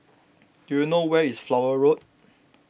do you know where is Flower Road